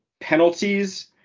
penalties